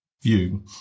view